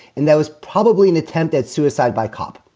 and that was probably an attempt at suicide by cop.